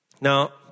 Now